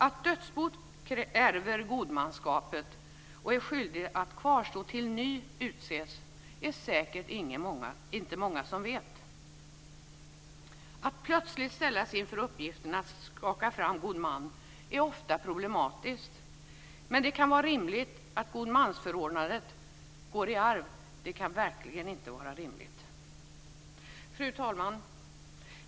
Att dödsboet ärver godmansskapet och är skyldigt att kvarstå tills ny god man utses är det säkert inte många som vet. Att plötsligt ställas inför uppgiften att skaka fram god man är ofta problematiskt, men det kan verkligen inte vara rimligt att godmansförordnandet går i arv. Fru talman!